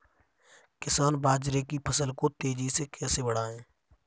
किसान बाजरे की फसल को तेजी से कैसे बढ़ाएँ?